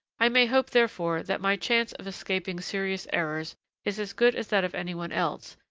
i may hope, therefore, that my chance of escaping serious errors is as good as that of anyone else,